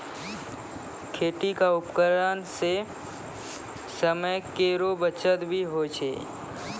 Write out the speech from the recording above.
खेती क उपकरण सें समय केरो बचत भी होय छै